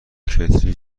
کتری